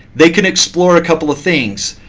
they can explore a couple of things.